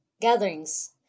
gatherings